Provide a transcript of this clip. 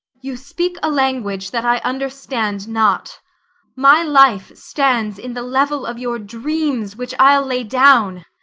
you speak a language that i understand not my life stands in the level of your dreams, which i'll lay down.